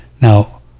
Now